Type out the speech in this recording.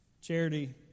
Charity